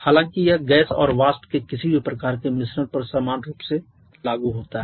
हालांकि यह गैस और वाष्प के किसी भी प्रकार के मिश्रण पर समान रूप से लागू होता है